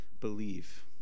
believe